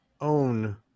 own